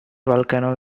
volcano